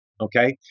okay